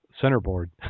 centerboard